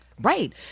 right